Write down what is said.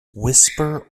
whisper